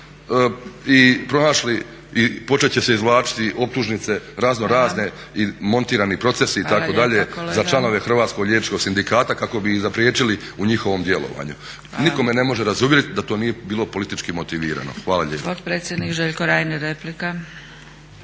i pronašli i početi će se izvlačiti optužnice razno razne i montirani procesi itd., za članove Hrvatskog liječničkog sindikata kako bi ih zapriječili u njihovom djelovanju. Nitko me ne može razuvjeriti da to nije bilo politički motivirano. Hvala lijepa.